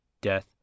Death